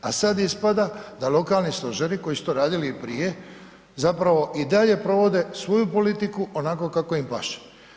A sad ispada da lokalni stožeri koji su to radili i prije zapravo i dalje provode svoju politiku onako kako im paše.